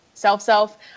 self-self